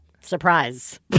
Surprise